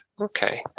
Okay